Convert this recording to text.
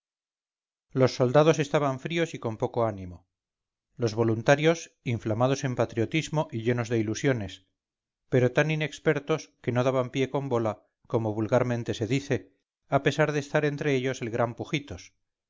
los soldados estaban fríos y con poco ánimo los voluntarios inflamados en patriotismo y llenos de ilusiones pero tan inexpertos que no daban pie con bola como vulgarmente se dice a pesar de estar entre ellos el gran pujitos